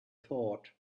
thought